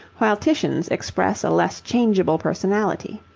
while titian's express a less changeable personality.